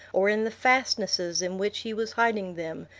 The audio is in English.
or in the fastnesses in which he was hiding them,